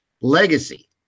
legacy